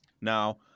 Now